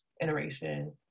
iteration